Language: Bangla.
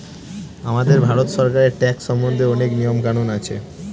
আমাদের ভারত সরকারের ট্যাক্স সম্বন্ধে অনেক নিয়ম কানুন আছে